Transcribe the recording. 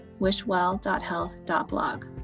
wishwell.health.blog